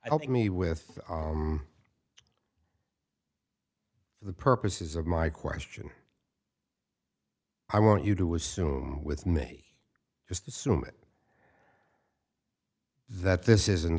i think me with for the purposes of my question i want you to assume with me just assume that this isn't